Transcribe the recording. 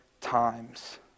times